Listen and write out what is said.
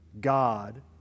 God